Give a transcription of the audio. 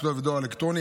כתובת דואר אלקטרוני,